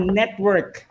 network